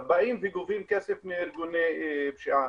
באים וגובים כסף מארגוני פשיעה,